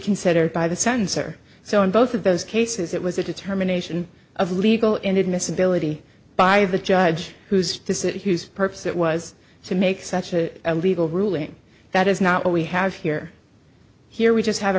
considered by the censor so in both of those cases it was a determination of legal inadmissibility by the judge who's does it whose purpose it was to make such a legal ruling that is not what we have here here we just have a